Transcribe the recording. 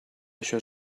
això